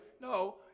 No